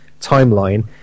timeline